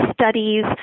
studies